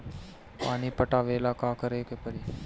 पानी पटावेला का करे के परी?